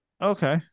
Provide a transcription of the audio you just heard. Okay